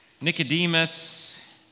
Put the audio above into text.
Nicodemus